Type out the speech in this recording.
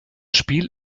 spiel